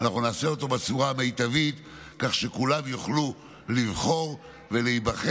אנחנו נעשה אותו בצורה המיטבית כך שכולם יוכלו לבחור ולהיבחר.